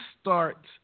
start